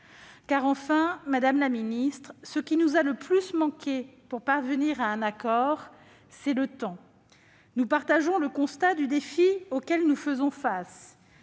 Finalement, madame la ministre, ce qui nous a le plus manqué pour parvenir à un accord, c'est le temps. Nous partageons le constat du défi auquel nous faisons face